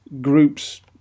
groups